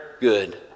good